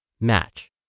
match